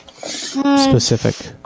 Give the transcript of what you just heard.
Specific